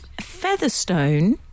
Featherstone